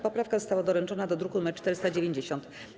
Poprawka została doręczona do druku nr 490.